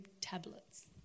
tablets